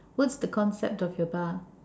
what's the concept of your bar